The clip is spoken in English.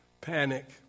panic